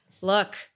look